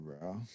bro